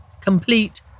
complete